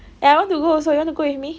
eh I want to go also you want to go with me